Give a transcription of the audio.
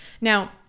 now